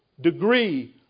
degree